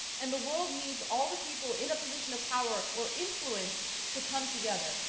and the world needs all the people in a position of power or influence to come together.